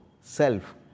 self